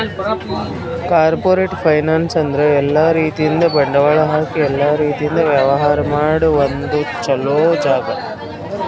corporate finance ಅಂದ್ರ ಎಲ್ಲಾ ರೀತಿಯಿಂದ್ ಬಂಡವಾಳ್ ಹಾಕಿ ಎಲ್ಲಾ ರೀತಿಯಿಂದ್ ವ್ಯವಹಾರ್ ಮಾಡ ಒಂದ್ ಚೊಲೋ ಜಾಗ